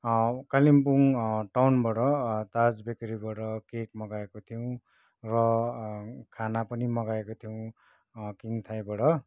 कालिम्पोङ टाउनबाट ताज बेकेरीबाट केक मगाएको थियौँ र खाना पनि मगाएको थियौँ किङ थाईबाट